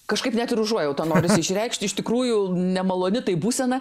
kažkaip net ir užuojautą norisi išreikšti iš tikrųjų nemaloni tai būsena